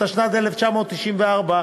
התשנ"ד 1994,